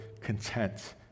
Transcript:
content